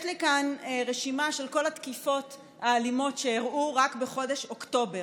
יש לי כאן רשימה של כל התקיפות האלימות שאירעו רק בחודש אוקטובר.